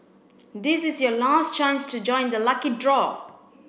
this is your last chance to join the lucky draw